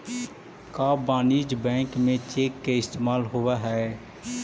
का वाणिज्य बैंक में चेक के इस्तेमाल होब हई?